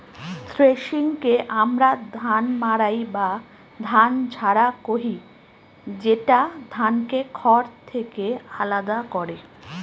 থ্রেশিংকে আমরা ধান মাড়াই বা ধান ঝাড়া কহি, যেটা ধানকে খড় থেকে আলাদা করে